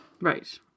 Right